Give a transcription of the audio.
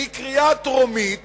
בקריאה טרומית